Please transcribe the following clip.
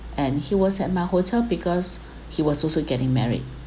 and he was at my hotel because he was also getting married